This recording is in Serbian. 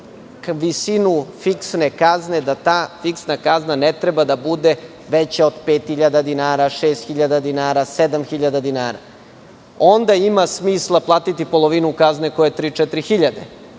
visinu fiksne kazne, da ta fiksna kazna ne treba da bude veća od 5.000, 6.000, 7.000 dinara. Onda ima smisla platiti polovinu kazne koja je 3.000,